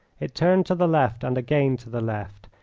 it turned to the left and again to the left,